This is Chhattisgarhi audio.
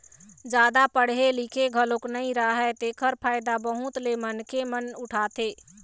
जादा पड़हे लिखे घलोक नइ राहय तेखर फायदा बहुत ले मनखे मन उठाथे